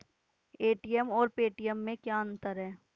ATM और Paytm में क्या अंतर है?